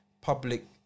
Public